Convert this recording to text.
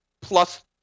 plus